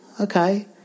okay